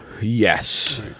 Yes